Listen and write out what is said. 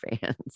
fans